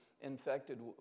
infected